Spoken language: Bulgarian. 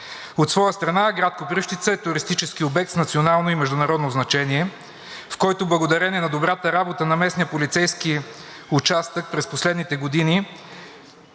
От своя страна град Копривщица е туристически обект с национално и международно значение, в който благодарение на добрата работа на местния полицейски участък през последните години,